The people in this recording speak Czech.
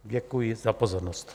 Děkuji za pozornost.